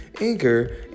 anchor